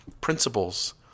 principles